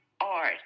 art